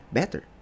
better